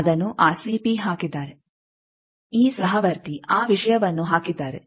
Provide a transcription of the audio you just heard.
ಅದನ್ನು ಆ ಹಾಕಿದ್ದಾರೆ ಈ ಸಹವರ್ತಿ ಆ ವಿಷಯವನ್ನು ಹಾಕಿದ್ದಾರೆ